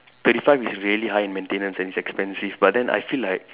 thirty five is really high in maintenance and it's expensive but then I feel like